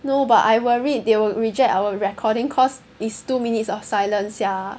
no but I worried they would reject our recording cause it's two minutes of silence sia